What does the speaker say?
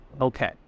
Okay